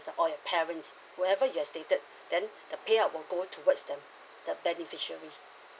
or your parents who ever you have stated then the payout will go towards them the beneficiary